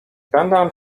będę